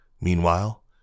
Meanwhile